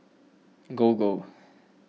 Gogo